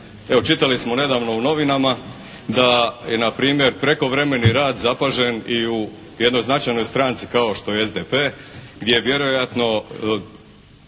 Evo čitali smo nedavno u novinama da je na primjer prekovremeni rad zapažen i u jednoj značajnoj stranci kao što je SDP gdje vjerojatno